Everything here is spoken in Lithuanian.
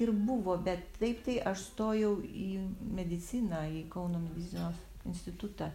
ir buvo bet taip tai aš stojau į mediciną į kauno medicinos institutą